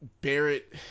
Barrett